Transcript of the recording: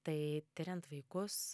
tai tiriant vaikus